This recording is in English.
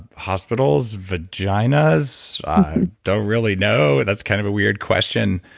hospitals, vaginas. i don't really know. that's kind of a weird question.